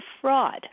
fraud